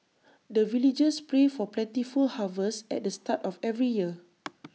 the villagers pray for plentiful harvest at the start of every year